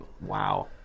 wow